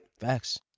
Facts